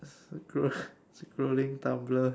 scroll scrolling Tumblr